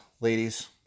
Ladies